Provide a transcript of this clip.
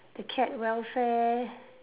the cat welfare